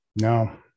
No